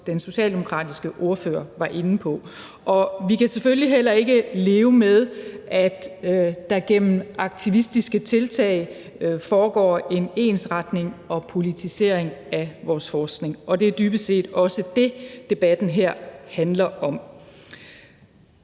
den socialdemokratiske ordfører var inde på, og vi kan selvfølgelig heller ikke leve med, at der igennem aktivistiske tiltag foregår en ensretning og politisering af vores forskning, og det er dybest set også det, debatten her handler om.